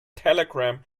telegram